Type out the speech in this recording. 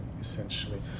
essentially